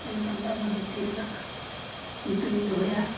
ᱮᱱᱠᱷᱟᱱ ᱫᱚ ᱟᱵᱚ ᱡᱟᱹᱛᱤ ᱨᱮᱱᱟᱜ ᱧᱩᱛᱩᱢᱤᱧ ᱫᱚᱦᱚᱭᱟ